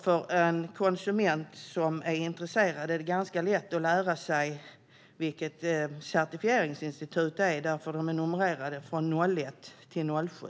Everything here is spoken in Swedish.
För en intresserad konsument är det också ganska lätt att lära sig vilket certifieringsinstitut som gäller eftersom de är numrerade från 01 till 07.